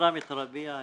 אני